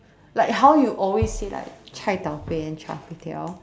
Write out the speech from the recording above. like how you always say like Cai-Tao-Kuey and Char-Kway-Teow